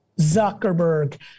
Zuckerberg